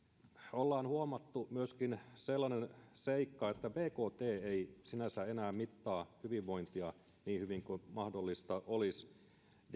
ollaan huomattu myöskin sellainen seikka että bkt ei ei sinänsä enää mittaa hyvinvointia niin hyvin kuin mahdollista olisi